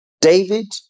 David